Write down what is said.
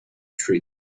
treat